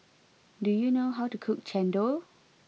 do you know how to cook Chendol